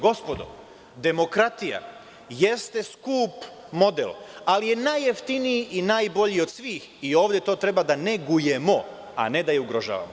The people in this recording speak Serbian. Gospodo, demokratija jeste skup model, ali je najjeftiniji i najbolji od svih i ovde to treba da negujemo, a ne da je ugrožavamo.